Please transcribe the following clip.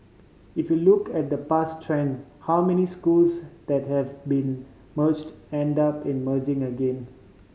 if you look at the past trend how many schools that have been merged end up emerging again